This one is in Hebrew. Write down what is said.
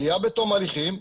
עליה בתום הליכים.